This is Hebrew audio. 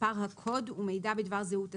מספר הקוד ומידע בדבר זהות הספק,